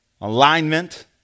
alignment